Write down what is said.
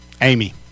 Amy